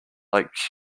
like